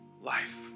life